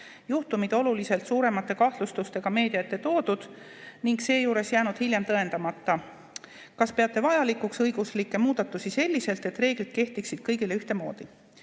juhtumid oluliselt suuremate kahtlustustega meedia ette toodud, ning seejuures jäänud hiljem tõendamata. Kas peate siin vajalikuks õiguslikke muudatusi selliselt, et reeglid kehtiksid kõigile ühtemoodi?"